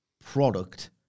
product